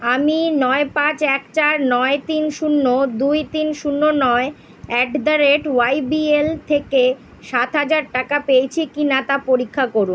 আমি নয় পাঁচ এক চার নয় তিন শূন্য দুই তিন শূন্য নয় at the rate Y B L থেকে সাত হাজার টাকা পেয়েছি কিনা তা পরীক্ষা করুন